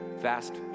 Fast